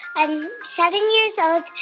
i'm seven years old.